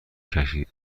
کسی